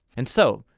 and so,